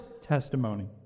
testimony